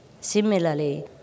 Similarly